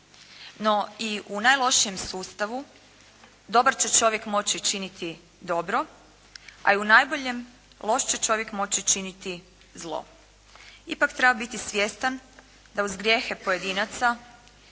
No, i u najlošijem sustavu dobar će čovjek moći činiti dobro, a i u najboljem loš će čovjek moći činiti zlo. Ipak treba biti svjestan da uz grijehe pojedinaca